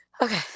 Okay